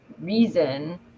reason